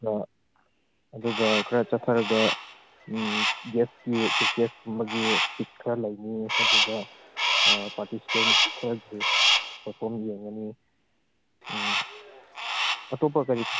ꯑꯗꯨꯒ ꯈꯔ ꯆꯠꯊꯔꯒ ꯒꯦꯁꯀꯤ ꯆꯤꯐ ꯒꯦꯁꯀꯨꯝꯕꯒꯤ ꯁ꯭ꯄꯤꯁ ꯈꯔ ꯂꯩꯅꯤ ꯑꯗꯨꯒ ꯄꯥꯔꯇꯤꯁꯤꯄꯦꯟꯁ ꯈꯔꯁꯨ ꯄꯔꯐ꯭ꯣꯔꯝ ꯌꯦꯡꯒꯅꯤ ꯑꯇꯣꯞꯄ ꯀꯔꯤ